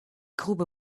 grube